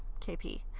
KP